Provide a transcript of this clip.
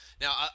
now